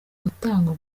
gutanga